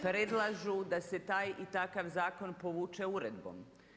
Predlažu da se taj i takav zakon povuče uredbom.